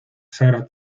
sarah